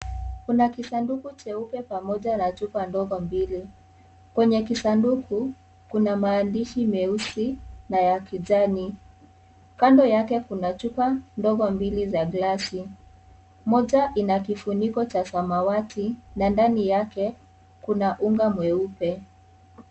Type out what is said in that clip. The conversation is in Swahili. Kuna kisanduku cheupe pamoja na chupa ndogo mbili. Kwenye kisanduku kuna maandishi meusi na ya kijani. Kando yake kuna chupa ndogo mbili za glasi. Moja inakifuniko cha samawati na ndani yake kuna unga mweupe.